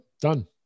done